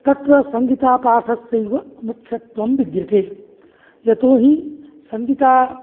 तत्र संहितापाठस्यैव मुख्यत्वं विद्यते यतो हि संहिता